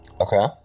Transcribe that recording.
Okay